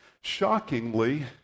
Shockingly